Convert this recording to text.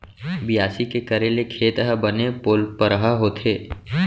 बियासी के करे ले खेत ह बने पोलपरहा होथे